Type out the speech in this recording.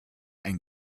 ein